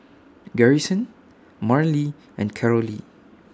Garrison Marlen and Carolee